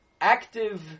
active